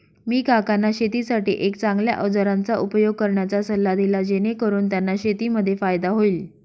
मी काकांना शेतीसाठी एक चांगल्या अवजारांचा उपयोग करण्याचा सल्ला दिला, जेणेकरून त्यांना शेतीमध्ये फायदा होईल